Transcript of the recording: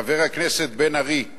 חבר הכנסת בן-ארי,